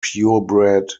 purebred